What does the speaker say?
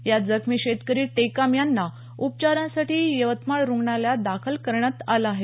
यात जखमी शेतकऱी टेकाम यांना उपचारांसाठी यवतमाळ रुग्णालयात दाखल करण्यात आलं आहे